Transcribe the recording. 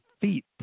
feet